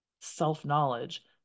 self-knowledge